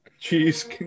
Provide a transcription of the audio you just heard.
cheese